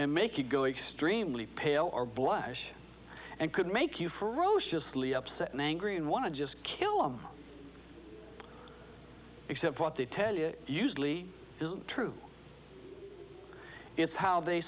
and make it go extremely pale or blush and could make you ferociously upset and angry and want to just kill him except what they tell you usually isn't true it's how they